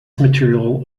material